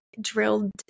drilled